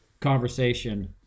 conversation